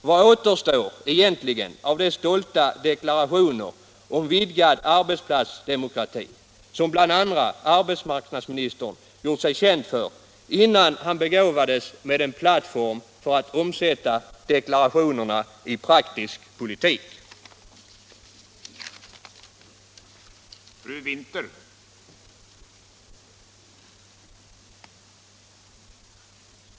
Vad återstår egentligen av de stolta deklarationer om vidgad arbetsplatsdemokrati som arbetsmarknadsministern gjort sig känd för, innan han begåvades med en plattform för att omsätta deklarationerna i praktisk politik? politiken politiken